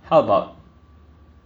how about